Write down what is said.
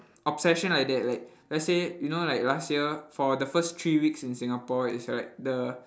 obsession like that like let's say you know like last year for the first three weeks in Singapore it's like the